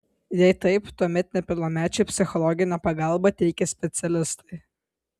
jei taip tuomet nepilnamečiui psichologinę pagalbą teikia specialistai